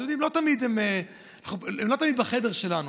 אתם יודעים, הם לא תמיד בחדר שלנו.